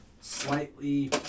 slightly